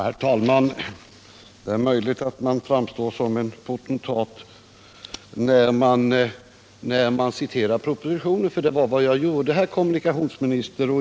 Herr talman! Det är möjligt att jag framstod som en potentat när jag citerade ur den här propositionen. För det var vad jag gjorde, herr kommunikationsminister.